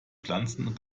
pflanzen